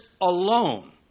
alone